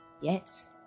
yes